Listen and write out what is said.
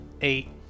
Eight